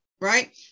Right